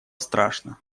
страшно